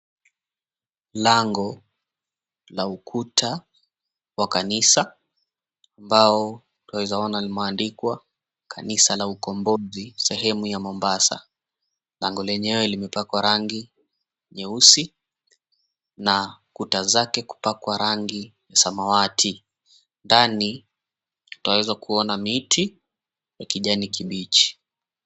Lango la ukuta wa kanisa, ambao twawezaona limeandikwa, Kanisa la Ukombozi, Sehemu ya Mombasa. Lango lenyewe limepakwa rangi nyeusi, na kuta zake kupakwa rangi ya samawati. Ndani twaweza kuona miti ya kijani kibichi.